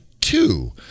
Two